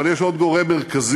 אבל יש עוד גורם מרכזי